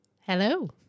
Hello